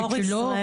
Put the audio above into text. ואת המורשת שלו.